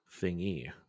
Thingy